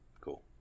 cool